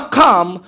come